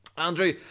Andrew